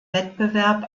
wettbewerb